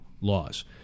laws